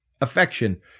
affection